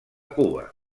cuba